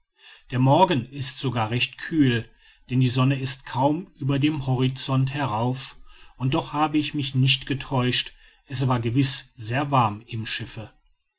der morgen ist sogar recht kühl denn die sonne ist kaum über dem horizont herauf und doch habe ich mich nicht getäuscht es war gewiß sehr warm im schiffe